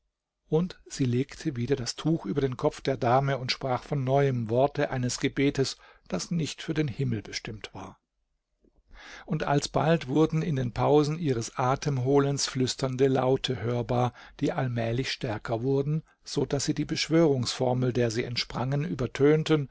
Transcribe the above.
und sie legte wieder das tuch über den kopf der dame und sprach von neuem worte eines gebetes das nicht für den himmel bestimmt war und alsbald wurden in den pausen ihres atemholens flüsternde laute hörbar die allmählich stärker wurden so daß sie die beschwörungsformel der sie entsprangen übertönten